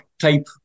type